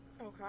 Okay